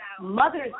Mother's